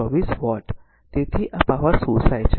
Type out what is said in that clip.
તેથી આ પાવર શોષાય છે